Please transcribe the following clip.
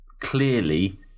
clearly